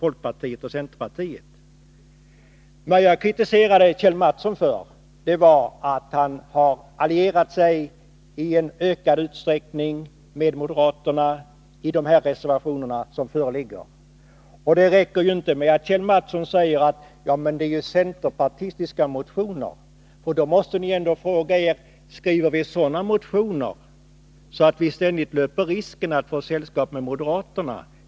Vad jag kritiserat Kjell Mattsson för är att han i ökad utsträckning har allierat sig med moderaterna i de reservationer som föreligger. Det räcker inte med att Kjell Mattsson säger: Men det är ju centerpartistiska motioner. Då måste ni ändå fråga er: Skriver vi sådana motioner att vi ständigt löper risken att få sällskap med moderaterna?